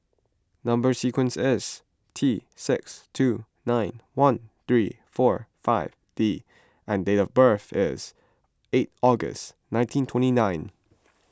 Number Sequence is T six two nine one three four five D and date of birth is eight August nineteen twenty nine